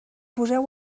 poseu